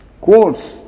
quotes